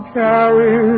carry